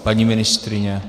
Paní ministryně?